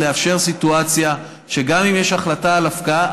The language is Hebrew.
לאפשר סיטואציה שגם אם יש החלטה על הפקעה,